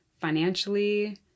financially